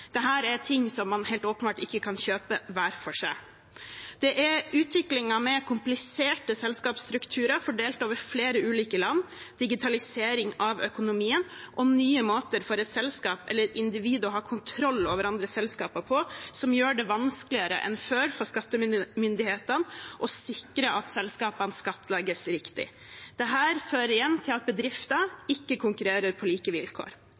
er ting som man helt åpenbart ikke kan kjøpe hver for seg. Det er utviklingen med kompliserte selskapsstrukturer fordelt over flere ulike land, digitalisering av økonomien og nye måter for et selskap eller individer å ha kontroll over andre selskaper på som gjør det vanskeligere enn før for skattemyndighetene å sikre at selskapene skattlegges riktig. Dette fører igjen til at bedrifter ikke konkurrerer på like vilkår.